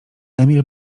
emil